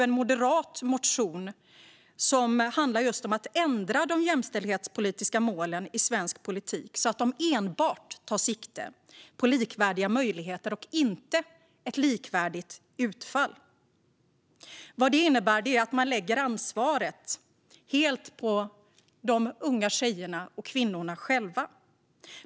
En moderat motion handlar om att ändra de jämställdhetspolitiska målen i svensk politik, så att de enbart tar sikte på likvärdiga möjligheter och inte ett likvärdigt utfall. Vad det innebär är att man lägger ansvaret helt på de unga tjejerna och kvinnorna själva.